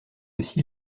aussi